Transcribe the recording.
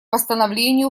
восстановлению